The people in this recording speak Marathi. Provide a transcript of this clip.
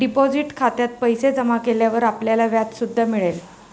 डिपॉझिट खात्यात पैसे जमा केल्यावर आपल्याला व्याज सुद्धा मिळेल